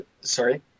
sorry